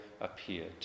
appeared